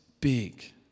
big